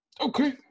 okay